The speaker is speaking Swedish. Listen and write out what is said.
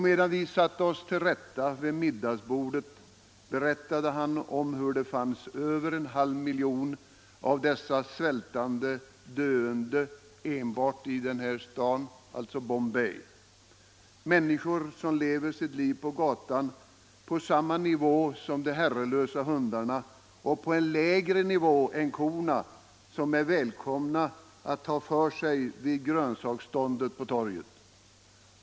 Medan vi satte oss till rätta vid middagsbordet berättade han att det fanns över en halv miljon av dessa svältande och döende människor enbart i den staden, Bombay, människor som lever sitt liv på gatan på samma nivå som de herrelösa hundarna och på lägre nivå än korna, som är välkomna att ta för sig vid grönsaksståndet på torget.